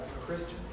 Christian